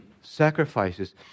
Sacrifices